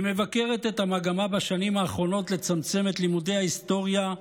היא מבקרת את המגמה בשנים האחרונות לצמצם את לימודי ההיסטוריה,